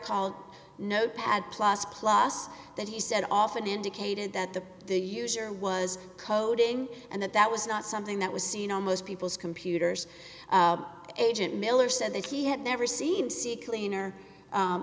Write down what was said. called notepad plus plus that he said often indicated that the the user was coding and that that was not something that was seen on most people's computers agent miller said that he had never seen c cleaner